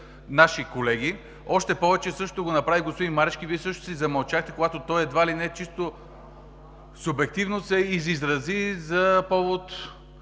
наши колеги, още повече че същото го направи и господин Марешки и Вие също си замълчахте, когато той едва ли не чисто субективно се изрази по повод